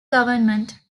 government